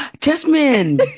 Jasmine